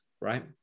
right